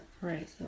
Right